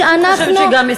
אני חושבת שגם,